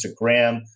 Instagram